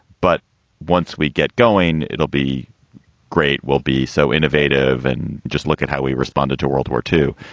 but once we get going. it'll be great. we'll be so innovative. and just look at how we responded to world war two.